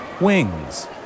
wings